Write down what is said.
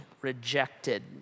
rejected